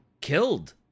killed